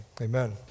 amen